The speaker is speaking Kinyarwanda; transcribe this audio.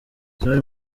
zari